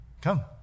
come